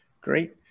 Great